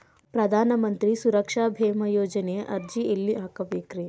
ಪ್ರಧಾನ ಮಂತ್ರಿ ಸುರಕ್ಷಾ ಭೇಮಾ ಯೋಜನೆ ಅರ್ಜಿ ಎಲ್ಲಿ ಹಾಕಬೇಕ್ರಿ?